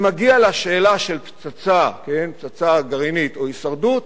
כשזה מגיע לשאלה של פצצה גרעינית או הישרדות,